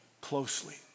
closely